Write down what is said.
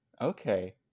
okay